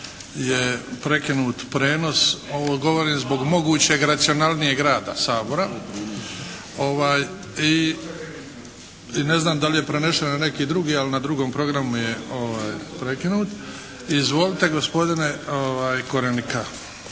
da je prekinut prijenos, ovo govorim zbog mogućeg racionalnijeg rada Sabora i ne znam da li je prenešeno na neki drugi, ali na drugom programu je prekinut. Izvolite gospodine Korenika.